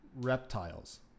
Reptiles